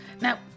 Now